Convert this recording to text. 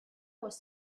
was